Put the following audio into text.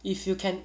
if you can